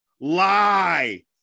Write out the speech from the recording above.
lie